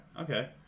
Okay